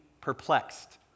perplexed